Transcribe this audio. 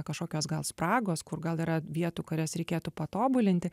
kažkokios gal spragos kur gal yra vietų kurias reikėtų patobulinti